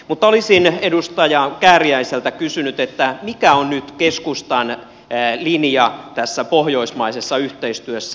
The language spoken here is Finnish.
mutta olisin edustaja kääriäiseltä kysynyt mikä on nyt keskustan linja tässä pohjoismaisessa yhteistyössä